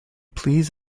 please